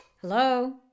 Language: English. Hello